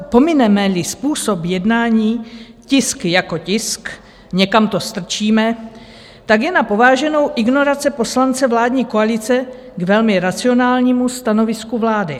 Pominemeli způsob jednání tisk jako tisk, někam to strčíme tak je na pováženou ignorace poslance vládní koalice k velmi racionálnímu stanovisku vlády.